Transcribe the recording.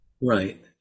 Right